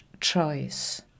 choice